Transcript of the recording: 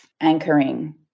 anchoring